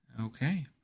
Okay